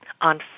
on